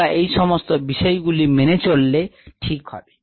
তোমরা এই সমস্ত বিষয়গুলি মেনে চললে ঠিক হবে